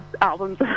albums